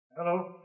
Hello